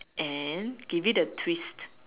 and give it a twist